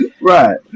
Right